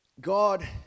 God